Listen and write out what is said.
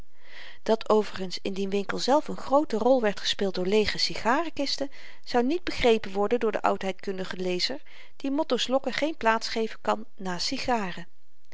dat overigens in dien winkel zelf n groote rol werd gespeeld door leege sigarenkisten zou niet begrepen worden door den oudheidkundigen lezer die motto's lokken geen plaats geven kan naast sigaren